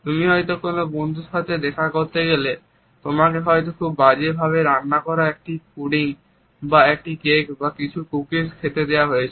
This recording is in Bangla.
তুমি হয়তো কোন বন্ধুর সাথে দেখা করতে গেলে তোমাকে হয়তো খুব বাজে ভাবে রান্না করা একটি পুডিং বা একটি কেক বা কিছু কুকিজ খেতে দেওয়া হয়েছে